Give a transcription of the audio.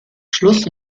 schluss